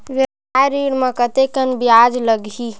व्यवसाय ऋण म कतेकन ब्याज लगही?